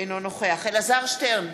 אינו נוכח אלעזר שטרן,